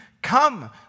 Come